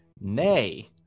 Nay